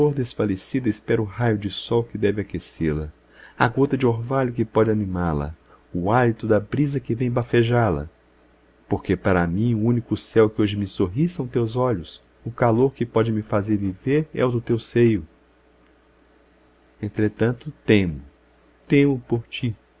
desfalecida espera o raio de sol que deve aquecê la a gota de orvalho que pode animá-la o hálito da brisa que vem bafejá la porque para mim o único céu que hoje me sorri são teus olhos o calor que pode me fazer viver é o do teu seio entretanto temo temo por ti